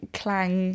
clang